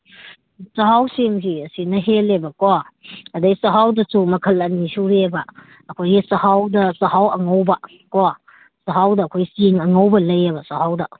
ꯆꯥꯛꯍꯥꯎ ꯆꯦꯡꯁꯤ ꯑꯁꯤꯅ ꯍꯦꯜꯂꯦꯕꯀꯣ ꯑꯗꯩ ꯆꯥꯛꯍꯥꯎꯗꯁꯨ ꯃꯈꯜ ꯑꯅꯤ ꯁꯨꯔꯤꯑꯕ ꯑꯩꯈꯣꯏꯒꯤ ꯆꯥꯛꯍꯥꯎꯗ ꯆꯥꯛꯍꯥꯎ ꯑꯉꯧꯕ ꯀꯣ ꯆꯥꯛꯍꯥꯎꯗ ꯑꯩꯈꯣꯏ ꯆꯦꯡ ꯑꯉꯧꯕ ꯂꯩꯌꯦꯕ ꯆꯥꯛꯍꯥꯎꯗ